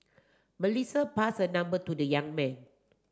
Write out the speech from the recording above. Melissa passed her number to the young man